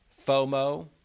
FOMO